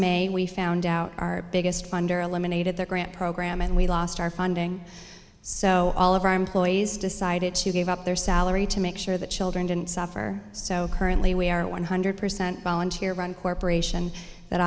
may we found out our biggest funder eliminated the grant program and we lost our funding so all of our employees decided to give up their salary to make sure the children didn't suffer so currently we are a one hundred percent volunteer run corporation that